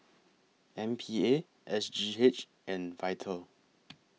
M P A S G H and Vital